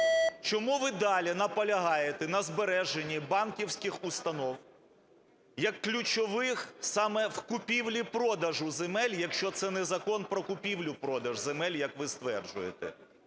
Чому ви далі наполягаєте на збереженні банківських установ як ключових саме в купівлі-продажу земель, якщо це не Закон про купівлю-продаж земель, як ви стверджуєте?